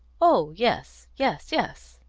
oh yes, yes, yes,